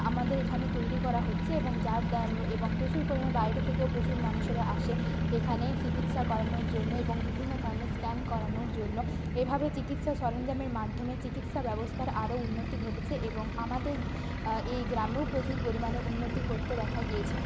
আমাদের এখানে তৈরি করা হচ্ছে এবং যার এবং প্রচুর পরিমাণে বাইরে থেকেও প্রচুর মানুষেরা আসে এখানে চিকিৎসা করানোর জন্য এবং বিভিন্ন ধরনের স্ক্যান করানোর জন্য এভাবে চিকিৎসা সরঞ্জামের মাধ্যমে চিকিৎসা ব্যবস্থার আরও উন্নতি ঘটেছে এবং আমাদের এই গ্রামেও প্রচুর পরিমাণে উন্নতি ঘটতে দেখা গিয়েছে